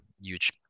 huge